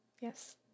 Yes